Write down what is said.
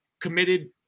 committed